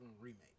Remake